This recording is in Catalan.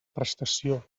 prestació